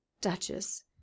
Duchess